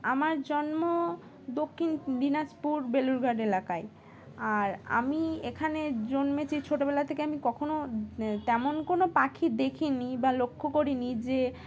আমার জন্ম দক্ষিণ দিনাজপুর বেলুড়ঘাট এলাকায় আর আমি এখানে জন্মেছি ছোটোবেলা থেকে আমি কখনও তেমন কোনো পাখি দেখিনি বা লক্ষ্য করিনি যে